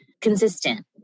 consistent